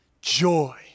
Joy